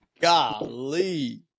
Golly